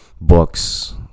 books